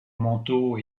manteau